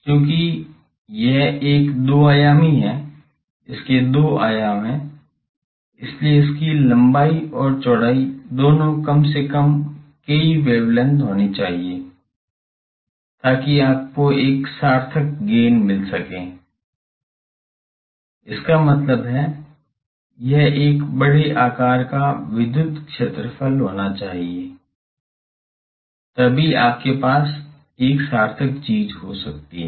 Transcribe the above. चूंकि यह एक दो आयामी है इसके दो आयाम हैं इसलिए इसकी लंबाई और चौड़ाई दोनों कम से कम कई वेवलेंथ होनी चाहिए ताकि आपको एक सार्थक मिल सके इसका मतलब है यह एक बड़े आकार का विद्युत क्षेत्रफल होना चाहिए तभी आपके पास एक सार्थक चीज हो सकती है